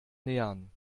nähern